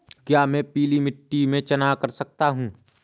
क्या मैं पीली मिट्टी में चना कर सकता हूँ?